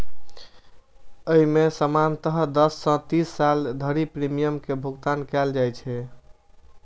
अय मे सामान्यतः दस सं तीस साल धरि प्रीमियम के भुगतान कैल जाइ छै